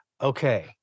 Okay